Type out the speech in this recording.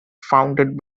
founded